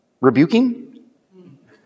Rebuking